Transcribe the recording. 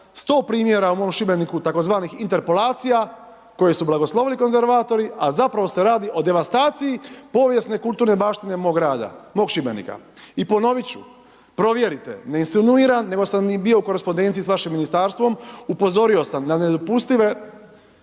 100 primjera u mom Šibeniku tzv. interpolacija koje su blagoslovili konzervatori, a zapravo se radi o devastaciji povijesne kulturne baštine mog grada, mog Šibenika. I ponovit ću, provjerite, ne insinuiram nego sam i bio u korespondenciji s vašim Ministarstvom. Upozorio sam na nedopustive